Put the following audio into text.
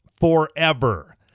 forever